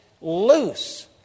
loose